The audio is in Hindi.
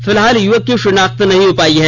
फिलहाल युवक की शिनाख्त नहीं हो पाई है